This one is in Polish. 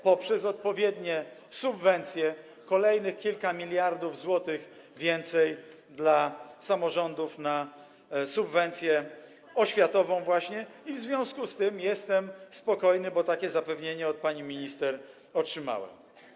poprzez odpowiednie subwencje, kolejnych kilka miliardów złotych więcej dla samorządów na subwencję oświatową, i w związku z tym jestem spokojny, bo takie zapewnienie od pani minister otrzymałem.